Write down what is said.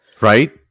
right